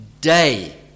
day